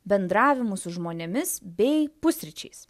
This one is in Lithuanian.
bendravimu su žmonėmis bei pusryčiais